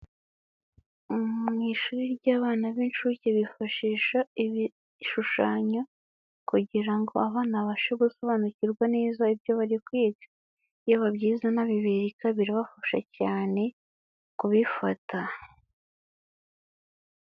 Mu ishuri ry'abana b'incuke bifashisha ibishushanyo, kugira ngo abana babashe gusobanukirwa neza ibyo bari kwiga. Iyo babyize anabibireka, birabafasha cyane kubifata.